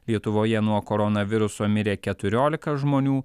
lietuvoje nuo koronaviruso mirė keturiolika žmonių